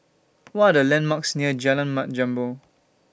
What Are The landmarks near Jalan Mat Jambol